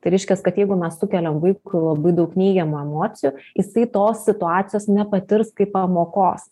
tai reiškias kad jeigu mes sukeliam vaikui labai daug neigiamų emocijų jisai tos situacijos nepatirs kaip pamokos